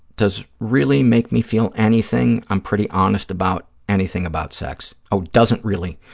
does really make me feel anything, i'm pretty honest about, anything about sex. oh, doesn't really,